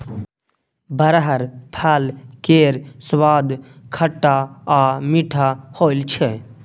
बरहर फल केर सुआद खट्टा आ मीठ होइ छै